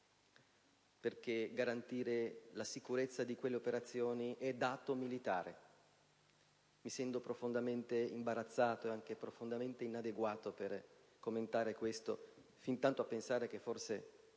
perché garantire la sicurezza di quelle operazioni è un dato militare. Mi sento profondamente imbarazzato e anche profondamente inadeguato per commentare questo, pensando che forse